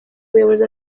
muyobozi